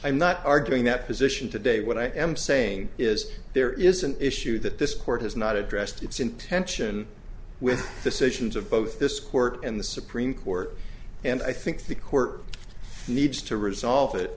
i'm not arguing that position today what i am saying is there is an issue that this court has not addressed its intention with decisions of both this court and the supreme court and i think the court needs to resolve